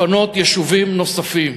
לפנות יישובים נוספים.